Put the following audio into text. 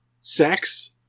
sex